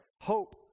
hope